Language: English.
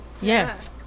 Yes